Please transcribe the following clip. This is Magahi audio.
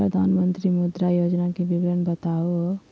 प्रधानमंत्री मुद्रा योजना के विवरण बताहु हो?